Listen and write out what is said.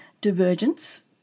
divergence